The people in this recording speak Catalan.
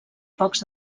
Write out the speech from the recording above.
pocs